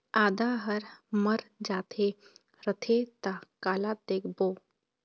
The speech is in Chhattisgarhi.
आदा हर मर जाथे रथे त काला देबो?